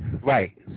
right